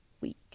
week